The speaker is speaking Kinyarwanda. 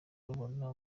rubona